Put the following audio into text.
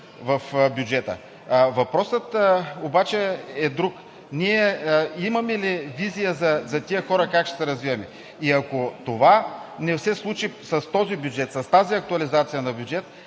Въпросът обаче е друг. Имаме ли визия за тези хора как ще се развиват? Ако това не се случи с този бюджет, с тази актуализация на бюджета,